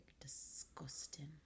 disgusting